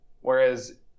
Whereas